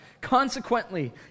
Consequently